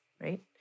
right